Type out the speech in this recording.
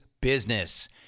business